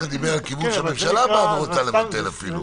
דיבר על כיוון שהממשלה באה ורוצה לבטל אפילו.